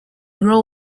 grow